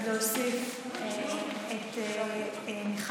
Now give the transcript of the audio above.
ההצעה להעביר את הנושא לוועדת הכלכלה נתקבלה.